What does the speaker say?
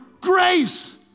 grace